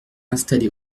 installés